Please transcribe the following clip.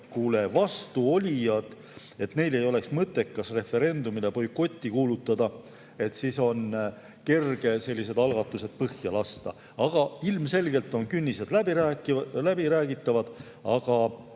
vastuolijatel ei oleks mõttekas referendumile boikotti kuulutada, siis oleks kerge sellised algatused põhja lasta. Ilmselgelt on künnised läbiräägitavad, aga